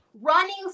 running